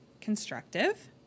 constructive